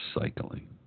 cycling